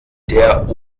der